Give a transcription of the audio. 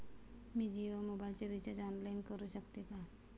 मी जियो मोबाइलचे recharge online करू शकते का?